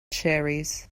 cherries